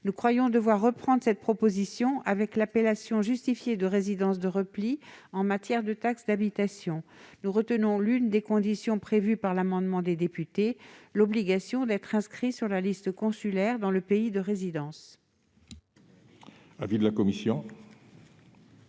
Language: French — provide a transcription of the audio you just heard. nécessaire de reprendre cette proposition fondée sur l'appellation justifiée de « résidence de repli » en matière de taxe d'habitation. Nous retenons l'une des conditions prévues par l'amendement des députés : l'obligation d'être inscrit sur la liste consulaire dans le pays de résidence.